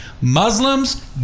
muslims